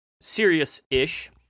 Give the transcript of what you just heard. serious-ish